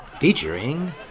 Featuring